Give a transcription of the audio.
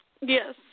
Yes